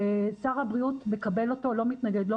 שר הבריאות מקבל אותו ולא מתנגד לו.